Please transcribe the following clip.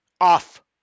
off